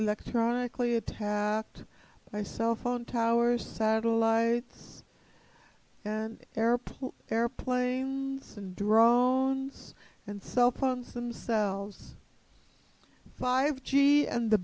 electronically attacked by cell phone towers satellites and airport airplanes and drones and cell phones themselves five g and the